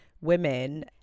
women